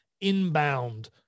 inbound